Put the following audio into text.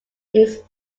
his